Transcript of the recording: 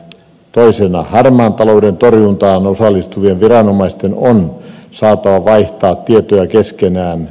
toiseksi harmaan talouden torjuntaan osallistuvien viranomaisten on saatava vaihtaa tietoja keskenään